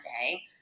day